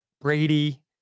Brady